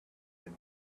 been